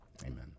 amen